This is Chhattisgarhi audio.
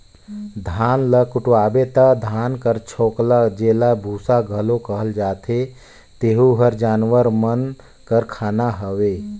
धान ल कुटवाबे ता धान कर छोकला जेला बूसा घलो कहल जाथे तेहू हर जानवर मन कर खाना हवे